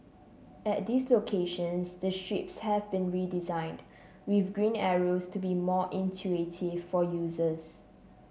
at these locations the strips have been redesigned with green arrows to be more intuitive for users